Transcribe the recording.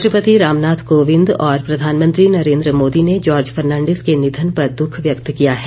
राष्ट्रपति रामनाथ कोविन्द और प्रधानमंत्री नरेन्द्र मोदी ने जार्ज फर्नांडिस के निधन पर दुख व्यक्त किया है